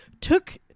took